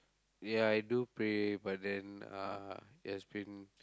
ya I do pray but then uh it has been